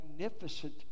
magnificent